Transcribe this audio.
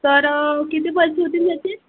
तर किती पैसे होतील त्याचे